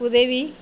உதவி